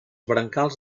brancals